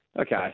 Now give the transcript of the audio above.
Okay